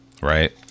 right